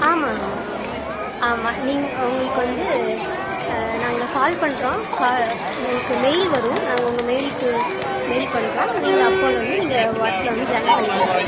ஆமாங்கம்மா ஆமாம் ஆமாம் நீங்கள் உங்களுக்கு வந்து நாங்கள் கால் பண்ணுறோம் கா உங்களுக்கு மெயில் வரும் நாங்கள் உங்கள் மெயிலுக்கு மெயில் பண்ணுறோம் நீங்கள் அப்போவிலருந்து நீங்கள் ஒர்க்கில் வந்து ஜாயின் பண்ணிக்கிலாம்